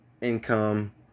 income